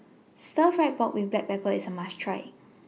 Stir Fry Pork with Black Pepper IS A must Try